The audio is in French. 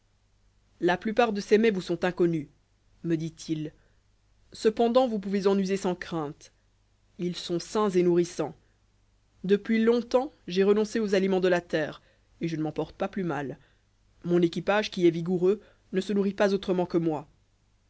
la plupart de ces mets vous sont inconnus me dit-il cependant vous pouvez en user sans crainte ils sont sains et nourrissants depuis longtemps j'ai renoncé aux aliments de la terre et je ne m'en porte pas plus mal mon équipage qui est vigoureux ne se nourrit pas autrement que moi